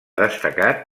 destacat